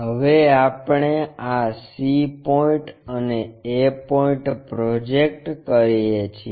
હવે આપણે આ c પોઇન્ટ અને a પોઇન્ટ પ્રોજેક્ટ કરીએ છીએ